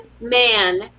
man